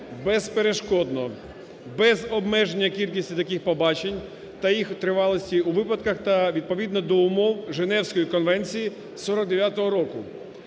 безперешкодно, без обмеження кількості таких побачень та їх тривалості у випадках та відповідно до умов Женевської конвенції 1949 року